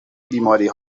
بیماری